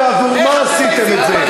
ועבור מה עשיתם את זה?